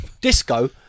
disco